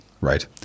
right